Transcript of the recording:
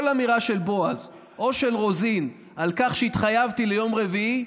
כל אמירה של בועז או של רוזין על כך שהתחייבתי ליום רביעי,